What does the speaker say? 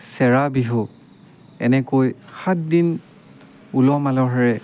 চেৰা বিহু এনেকৈ সাত দিন উলহ মালহেৰে